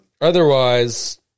otherwise